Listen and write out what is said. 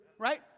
Right